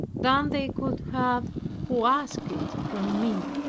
than they could have who asked it from me.